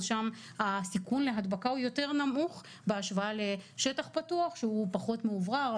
אז הסיכון להדבקה הוא יותר נמוך בהשוואה לשטח פתוח שהוא פחות מאוורר.